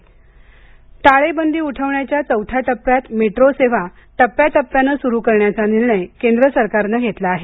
टाळेबंदी टाळेबंदी उठवण्याच्या चौथ्या टप्प्यात मेट्रो सेवा टप्प्याटपप्याने सुरू करण्याचा निर्णय केंद्र सरकारने घेतला आहे